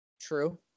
True